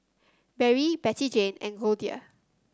Barry Bettyjane and Goldia